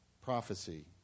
prophecy